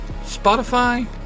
Spotify